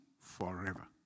forever